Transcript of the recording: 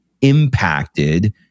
impacted